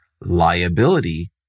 liability